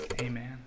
Amen